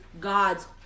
God's